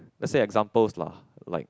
let's say examples lah like